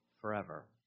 forever